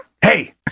Hey